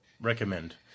Recommend